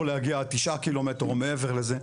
להגיע עד תשעה קילומטר או מעבר לזה,